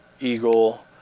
Eagle